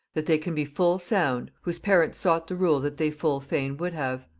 that they can be full sound, whose parents sought the rule that they full fain would have.